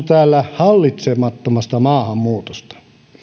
täällä hallitsemattomasta maahanmuutosta